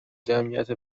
جمعیت